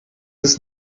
ist